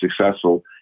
successful